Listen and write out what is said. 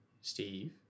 Steve